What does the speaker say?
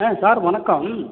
ஆ sir வணக்கம்